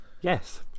yes